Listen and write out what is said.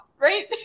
right